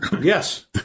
Yes